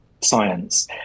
Science